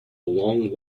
long